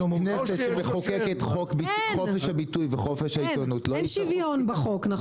כנסת שמחוקקת חוק חופש הביטוי וחופש העיתונות לא תצטרך את פסיקת